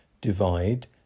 divide